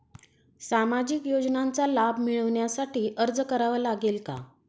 सामाजिक योजनांचा लाभ मिळविण्यासाठी अर्ज करावा लागेल का?